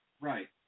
Right